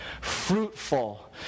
fruitful